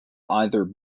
either